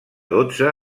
dotze